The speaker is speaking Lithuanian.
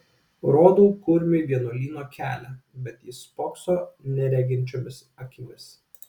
rodau kurmiui vienuolyno kelią bet jis spokso nereginčiomis akimis